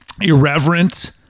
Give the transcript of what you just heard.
irreverent